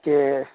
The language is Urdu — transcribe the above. کہ